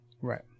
right